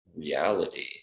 reality